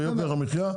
ביוקר המחיה,